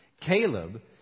Caleb